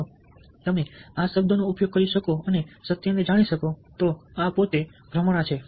જો તમે આ શબ્દનો ઉપયોગ કરી શકો અને સત્યને જાણી શકો આ પોતે ભ્રમણા છે